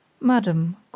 madam